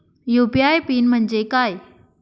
UPI PIN म्हणजे काय?